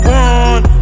one